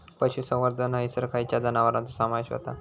पशुसंवर्धन हैसर खैयच्या जनावरांचो समावेश व्हता?